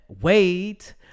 wait